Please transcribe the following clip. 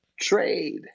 trade